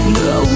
no